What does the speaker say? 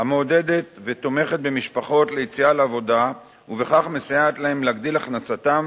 המעודדת ותומכת במשפחות ליציאה לעבודה ובכך מסייעת להן להגדיל הכנסתן